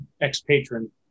ex-patron